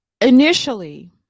Initially